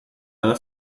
einer